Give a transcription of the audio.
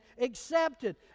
accepted